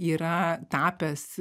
yra tapęs